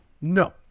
No